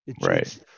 Right